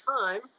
time